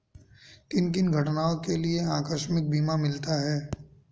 किन किन घटनाओं के लिए आकस्मिक बीमा मिलता है?